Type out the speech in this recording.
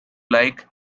like